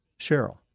Cheryl